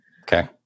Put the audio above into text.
Okay